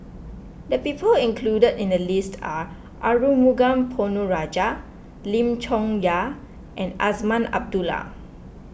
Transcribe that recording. the people included in the list are Arumugam Ponnu Rajah Lim Chong Yah and Azman Abdullah